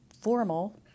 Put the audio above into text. formal